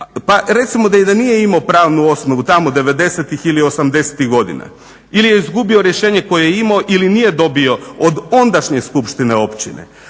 Pa recimo, da i nije imao pravnu osnovu tamo 90. ili 80. godina ili je izgubio rješenje koje je imao ili nije dobio od ondašnje skupštine općine,